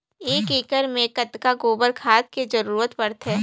एक एकड़ मे कतका गोबर खाद के जरूरत पड़थे?